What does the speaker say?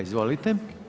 Izvolite.